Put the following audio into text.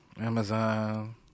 Amazon